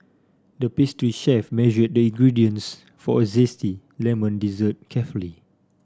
the pastry chef measure the ingredients for a zesty lemon dessert carefully